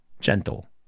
gentle